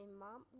mom